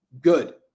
good